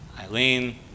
eileen